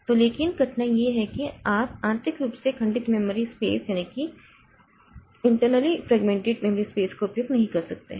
तो लेकिन कठिनाई यह है कि आप आंतरिक रूप से खंडित मेमोरी स्पेस का उपयोग नहीं कर सकते हैं